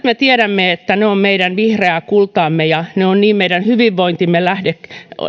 me tiedämme että ne ovat meidän vihreää kultaamme ja ne ovat meidän hyvinvointimme lähde